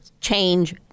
change